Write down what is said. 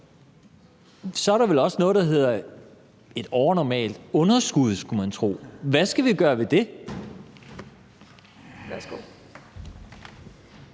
Så er der vel også noget, der hedder et overnormalt underskud, skulle man tro. Hvad skal vi gøre ved det? Kl.